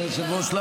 היושב-ראש,